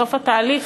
בסוף התהליך,